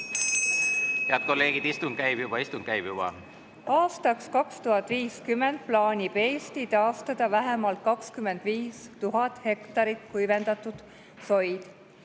Head kolleegid, istung käib juba, istung käib juba! Aastaks 2050 plaanib Eesti taastada vähemalt 25 000 hektarit kuivendatud soid.